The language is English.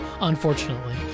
unfortunately